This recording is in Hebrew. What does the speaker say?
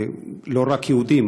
לא רק יהודים,